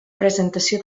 presentació